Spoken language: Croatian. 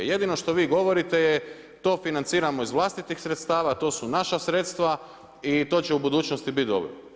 Jedino što vi govorite je to financiramo iz vlastitih sredstava, to su naša sredstva i to će u budućnost i biti dobro.